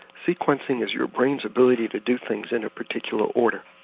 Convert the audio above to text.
sequencing is your brain's ability to do things in a particular order,